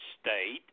state